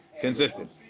Consistent